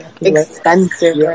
expensive